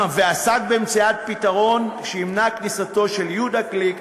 ועסק במציאת פתרון שימנע את כניסתם של יהודה גליק,